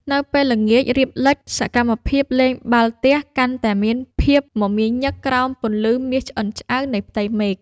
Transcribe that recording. នៅពេលល្ងាចរៀបលិច សកម្មភាពលេងបាល់ទះកាន់តែមានភាពមមាញឹកក្រោមពន្លឺមាសឆ្អិនឆ្អៅនៃផ្ទៃមេឃ។